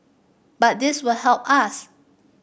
but this will help us